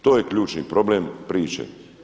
To je ključni problem priče.